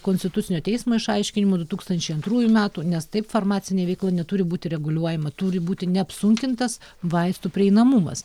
konstitucinio teismo išaiškinimu du tūkstančiai antrųjų metų nes taip farmacinė veikla neturi būti reguliuojama turi būti neapsunkintas vaistų prieinamumas